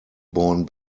born